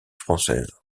française